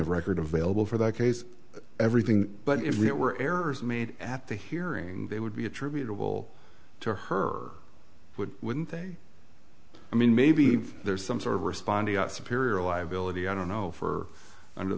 of record available for that case everything but if it were errors made at the hearing they would be attributable to her would wouldn't they i mean maybe if there's some sort of responding out superior liability i don't know for